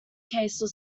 cases